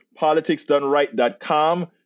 politicsdoneright.com